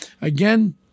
Again